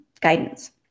guidance